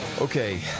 Okay